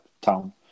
town